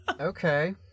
Okay